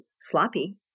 sloppy